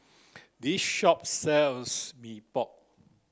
this shop sells Mee Pok